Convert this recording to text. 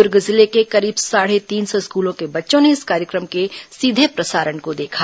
दुर्ग जिले के करीब साढ़े तीन सौ स्कूलों के बच्चों ने इस कार्यक्रम के सीधे प्रसारण को देखा